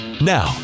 Now